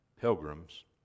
pilgrims